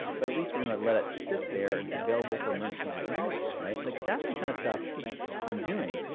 but at least we're going to let it sit there and it's available for emergencies if you need it. right? but that's the kind of stuff i'm doing.